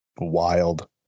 Wild